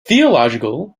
theological